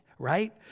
right